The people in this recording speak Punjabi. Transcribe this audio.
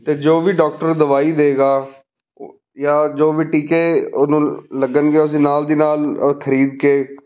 ਅਤੇ ਜੋ ਵੀ ਡਾਕਟਰ ਦਵਾਈ ਦੇਗਾ ਉਹ ਜਾਂ ਜੋ ਵੀ ਟੀਕੇ ਉਹਨੂੰ ਲੱਗਣਗੇ ਅਸੀਂ ਨਾਲ ਦੀ ਨਾਲ ਉਹ ਖਰੀਦ ਕੇ